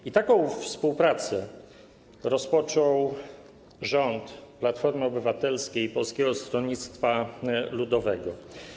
I taką współpracę rozpoczął rząd Platformy Obywatelskiej - Polskiego Stronnictwa Ludowego.